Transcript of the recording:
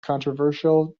controversial